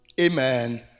Amen